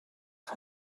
kha